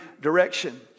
direction